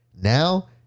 Now